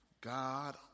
God